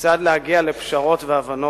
וכיצד להגיע לפשרות והבנות.